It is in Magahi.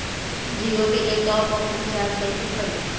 जियो के लिए टॉप अप रिचार्ज़ कैसे करी?